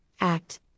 act